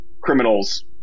criminals